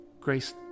Grace